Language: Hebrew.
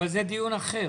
אבל זה דיון אחר.